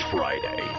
Friday